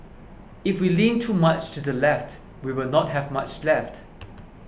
if we lean too much to the left we will not have much left